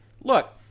look